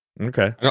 Okay